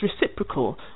reciprocal